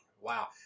Wow